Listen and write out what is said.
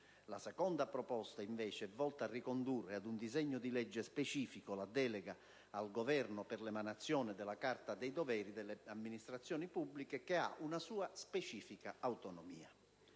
La seconda proposta, invece, è volta a ricondurre a un disegno di legge specifico la delega al Governo per l'emanazione della Carta dei doveri delle amministrazioni pubbliche, che ha una sua specifica autonomia.